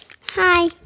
Hi